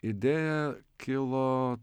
idėja kilo